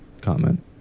comment